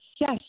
Yes